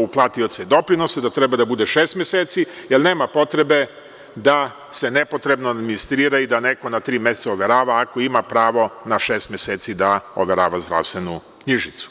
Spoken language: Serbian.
uplatioce doprinosa, da treba da bude šest meseci, jer nema potrebe da se nepotrebno administrira i da neko na tri meseca overava, ako ima pravo na šest meseci da overava zdravstvenu knjižicu.